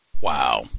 Wow